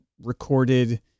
recorded